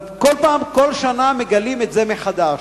כל שנה מגלים את זה מחדש,